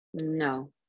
No